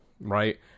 right